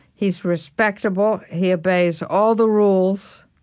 he's respectable. he obeys all the rules.